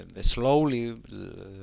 slowly